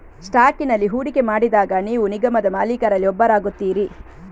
ಸ್ಟಾಕಿನಲ್ಲಿ ಹೂಡಿಕೆ ಮಾಡಿದಾಗ ನೀವು ನಿಗಮದ ಮಾಲೀಕರಲ್ಲಿ ಒಬ್ಬರಾಗುತ್ತೀರಿ